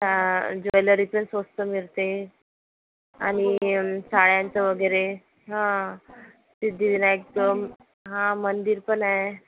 हा ज्वेलरी पण स्वस्त मिळते आणि साड्यांचं वगैरे हा सिद्धिविनायकचं हा मंदिर पण आहे